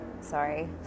Sorry